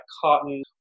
cotton